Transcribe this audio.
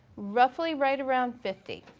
roughly right around fifty.